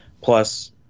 plus